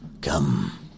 come